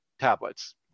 tablets